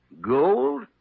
Gold